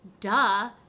duh